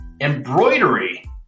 Embroidery